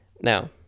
Now